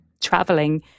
traveling